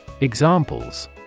Examples